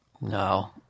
No